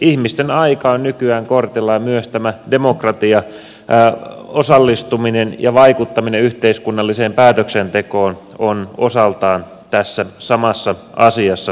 ihmisten aika on nykyään kortilla ja myös tämä demokratia osallistuminen ja vaikuttaminen yhteiskunnalliseen päätöksentekoon on osaltaan tähän samaan asiaan kytköksissä